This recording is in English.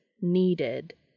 needed